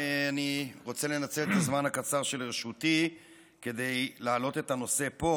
ואני רוצה לנצל את הזמן הקצר שלרשותי כדי להעלות את הנושא פה.